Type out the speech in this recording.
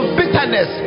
bitterness